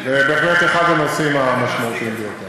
זה בהחלט אחד הנושאים המשמעותיים ביותר.